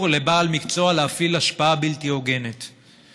לבעל מקצוע להפעיל השפעה בלתי הוגנת,